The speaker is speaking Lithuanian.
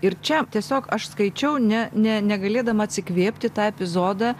ir čia tiesiog aš skaičiau ne ne negalėdama atsikvėpti tą epizodą